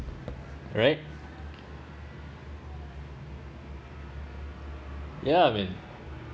right ya man